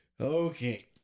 Okay